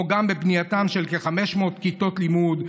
בנייתן של כ-500 כיתות לימוד,